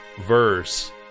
verse